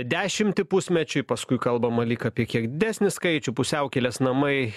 dešimtį pusmečiui paskui kalbama lyg apie kiek didesnį skaičių pusiaukelės namai